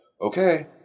okay